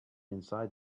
inside